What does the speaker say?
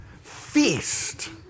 feast